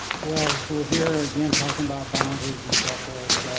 well, if we're here again talking about boundaries and so forth,